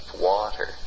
water